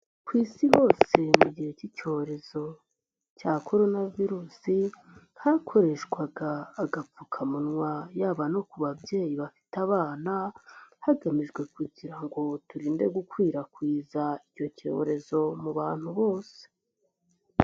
Ku Isi hose mu gihe cy'icyorezo cya Korona virusi hakoreshwaga agapfukamunwa yaba no ku babyeyi bafite abana, hagamijwe kugira ngo turinde gukwirakwiza icyo cyorezo mu bantu bose.